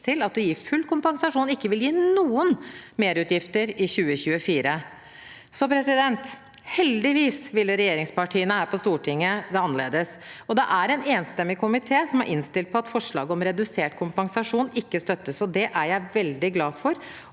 at å gi full kompensasjon ikke ville gi noen merutgifter i 2024. Heldigvis ville regjeringspartiene her på Stortinget det annerledes, og det er en enstemmig komité som har innstilt på at forslaget om redusert kompensasjon ikke støttes. Det er jeg veldig glad for,